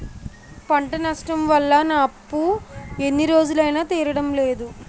పంట నష్టం వల్ల నా అప్పు ఎన్ని రోజులైనా తీరడం లేదు